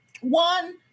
one